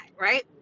right